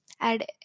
add